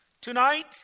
Tonight